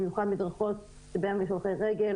במיוחד מדרכות שבהן יש הולכי רגל,